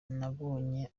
nabonye